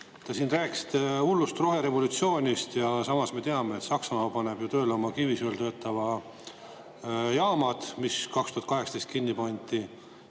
Te siin rääkisite hullust roherevolutsioonist, ja samas me teame, et Saksamaa paneb tööle oma kivisöel töötavad jaamad, mis 2018 kinni pandi.